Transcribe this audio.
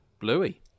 Bluey